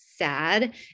Sad